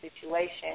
situation